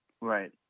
Right